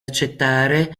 accettare